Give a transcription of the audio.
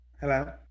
Hello